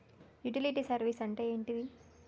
Utility service అంటే ఏంటిది?